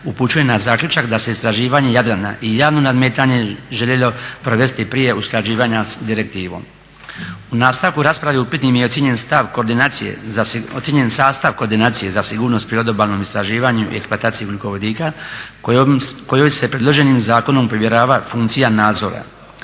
upućuje na zaključak da se istraživanje Jadrana i javno nadmetanje željelo provesti prije usklađivanja sa direktivom. U nastavku rasprave upitnim je ocijenjen stav koordinacije, ocijenjen sastav koordinacije za sigurnost pri odobalnom istraživanju i eksploataciji ugljikovodika kojoj se predloženim zakonom povjerava funkcija nadzora.